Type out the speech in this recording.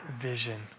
vision